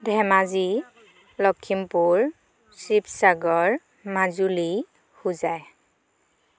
Dhemaji Lakhimpur Sivasagar Majuli Hojai